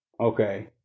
Okay